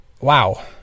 Wow